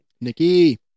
Nikki